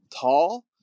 tall